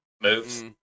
moves